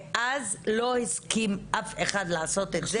אז אף אחד לא הסכים לעשות את זה,